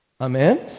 Amen